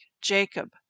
Jacob